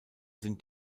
sind